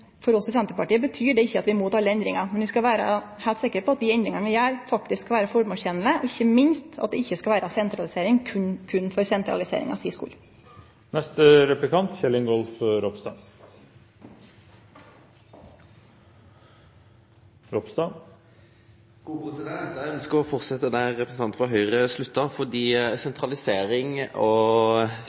For oss i Senterpartiet betyr ikkje det at vi er imot alle endringar, men vi skal vere heilt sikre på at dei endringane vi gjer, er formålstenlege, og ikkje minst at det ikkje skal vere sentralisering berre for sentraliseringa si skuld. Eg ønskjer å fortsetje der representanten frå Høgre slutta. Sentralisering og